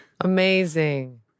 amazing